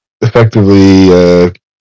Effectively